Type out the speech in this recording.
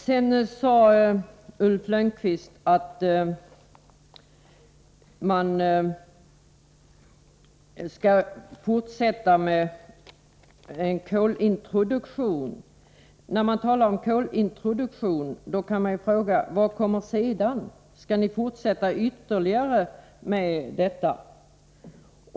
Sedan sade Ulf Lönnqvist att man skall fortsätta kolintroduktionen. Då finns det anledning att fråga: Vad kommer sedan? Skall ni fortsätta på den vägen?